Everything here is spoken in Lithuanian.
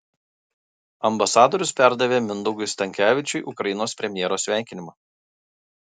ambasadorius perdavė mindaugui stankevičiui ukrainos premjero sveikinimą